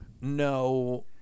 No